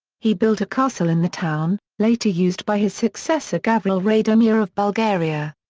he built a castle in the town, later used by his successor gavril radomir of bulgaria.